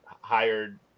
hired